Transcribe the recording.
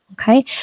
okay